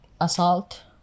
assault